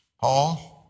Paul